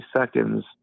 seconds